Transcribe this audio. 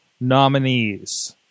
nominees